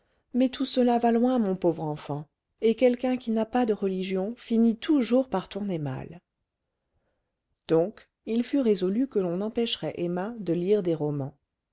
mais tout cela va loin mon pauvre enfant et quelqu'un qui n'a pas de religion finit toujours par tourner mal donc il fut résolu que l'on empêcherait emma de lire des romans